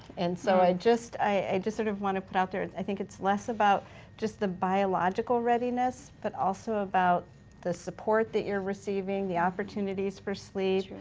and so i just, i just sort of wanna put out there, i think it's less about just the biological readiness, but also about the support that you're receiving, the opportunities for sleep,